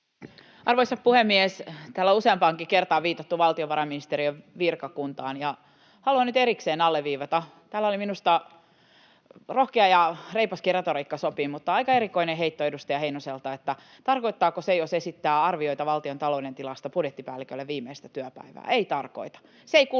Arvoisa puhemies! Täällä on useampaankin kertaan viitattu valtiovarainministeriön virkakuntaan. Haluan nyt erikseen alleviivata: Tänne sopii minusta rohkea ja reipaskin retoriikka, mutta oli aika erikoinen heitto edustaja Heinoselta, että tarkoittaako se, jos esittää arvioita valtiontalouden tilasta, budjettipäällikölle viimeistä työpäivää. Ei tarkoita. Se ei kuulu